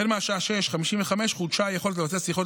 החל משעה 06:55 חודשה היכולת לבצע שיחות